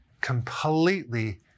completely